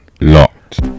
locked